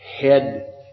head